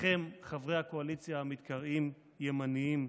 לכם, חברי הקואליציה המתקראים ימנים,